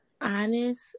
honest